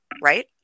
right